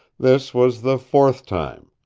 this was the fourth time.